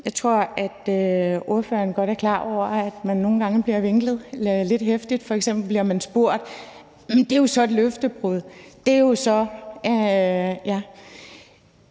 Jeg tror, at fru Karina Adsbøl godt er klar over, at man nogle gange bliver vinklet lidt heftigt. F.eks. bliver man spurgt: Jamen det er jo så et løftebrud? Jeg blev også